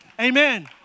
Amen